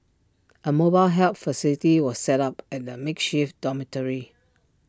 A mobile help facility was set up at the makeshift dormitory